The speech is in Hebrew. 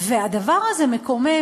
והדבר הזה מקומם,